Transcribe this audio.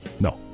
No